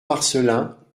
marcellin